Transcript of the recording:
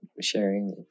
sharing